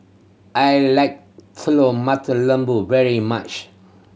I like Telur Mata Lembu very much